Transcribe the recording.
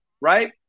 right